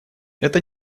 это